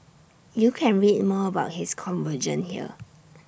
you can read more about his conversion here